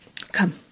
Come